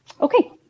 okay